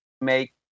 make